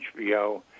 HBO